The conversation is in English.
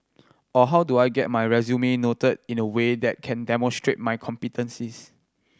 or how do I get my resume noted in a way that can demonstrate my competencies